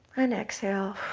and exhale.